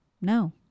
No